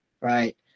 right